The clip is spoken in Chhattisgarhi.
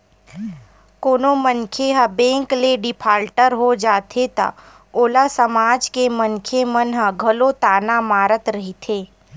कोनो मनखे ह बेंक ले डिफाल्टर हो जाथे त ओला समाज के मनखे मन ह घलो ताना मारत रहिथे